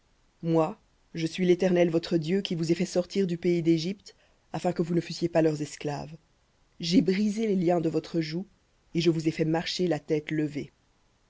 moi je suis l'éternel votre dieu qui vous ai fait sortir du pays d'égypte afin que vous ne fussiez pas leurs esclaves j'ai brisé les liens de votre joug et je vous ai fait marcher la tête levée